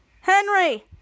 Henry